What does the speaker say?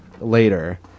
later